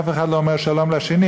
אף אחד לא אומר שלום אחד לשני,